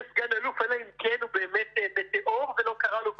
סגן-אלוף אלא אם כן הוא באמת מטאור ולא קרה לא כלום,